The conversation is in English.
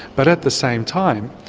but at the same time,